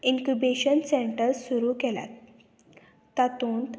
incubation centres सुरू केल्यात तातूंत